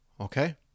okay